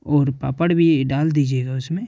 और पापड़ भी डाल दीजिएगा उसमें